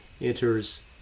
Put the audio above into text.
enters